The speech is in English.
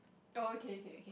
okay okay